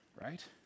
right